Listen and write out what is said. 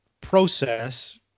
process